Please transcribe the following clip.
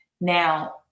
Now